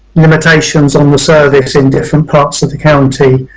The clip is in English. limitations on the service in different parts of the county.